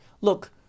Look